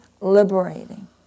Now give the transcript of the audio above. liberating